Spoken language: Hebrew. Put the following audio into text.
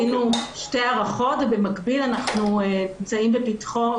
עשינו שתי הערכות ובמקביל אנחנו נמצאים בפתחו,